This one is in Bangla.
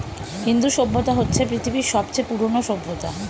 হিন্দু সভ্যতা হচ্ছে পৃথিবীর সবচেয়ে পুরোনো সভ্যতা